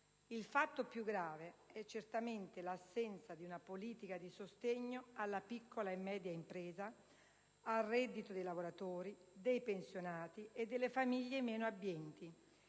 Il fatto più grave è certamente l'assenza di una politica di sostegno alla piccola e media impresa, al reddito dei lavoratori, dei pensionati e delle famiglie meno abbienti,